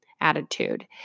attitude